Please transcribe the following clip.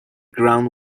ground